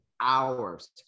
hours